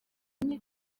iki